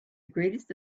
greatest